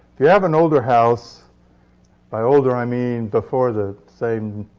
if you have an older house by older, i mean before the say